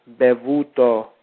bevuto